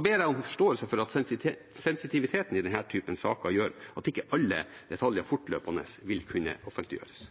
ber jeg om forståelse for at sensitiviteten i denne typen saker gjør at ikke alle detaljer fortløpende vil kunne offentliggjøres.